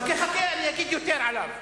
חכה, חכה, אני אגיד יותר עליו.